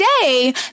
day